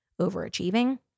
overachieving